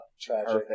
tragic